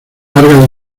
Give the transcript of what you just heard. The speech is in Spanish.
larga